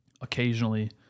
Occasionally